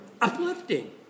uplifting